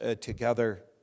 together